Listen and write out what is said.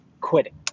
quitting